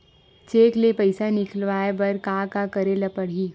Cheque ले पईसा निकलवाय बर का का करे ल पड़हि?